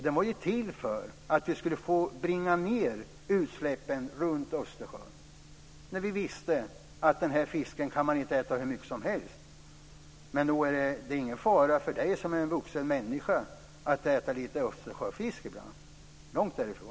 Den var till för att vi skulle bringa ned utsläppen runt Östersjön. Vi visste att man inte kunde äta hur mycket som helst av fisken. Men det är ingen fara för Harald Nordlund som är en vuxen människa att äta lite Östersjöfisk ibland. Långt därifrån.